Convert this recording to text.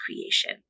creation